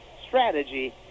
strategy